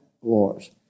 wars